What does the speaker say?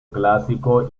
clásico